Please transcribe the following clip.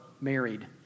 married